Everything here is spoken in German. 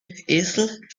esel